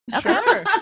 Sure